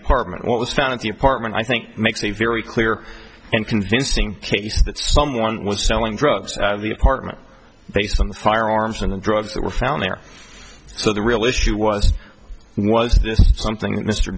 apartment what was found at the apartment i think makes a very clear and convincing case that someone was selling drugs out of the apartment based on the firearms and the drugs that were found there so the real issue was was this something that mr